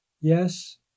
Yes